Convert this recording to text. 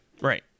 Right